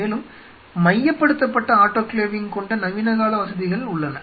மேலும் மையப்படுத்தப்பட்ட ஆட்டோகிளேவிங் கொண்ட நவீன கால வசதிகள் உள்ளன